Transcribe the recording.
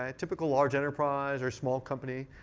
ah typical large enterprise, or small company,